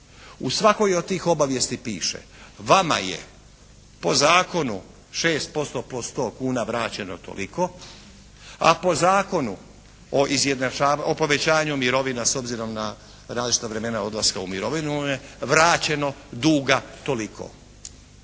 U svakoj od tih obavijesti piše vama je po zakonu 6% plus 100 kuna vraćeno toliko, a po Zakonu o povećanju mirovina s obzirom na različita vremena odlaska u mirovinu vam je vraćeno duga toliko,